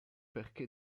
perché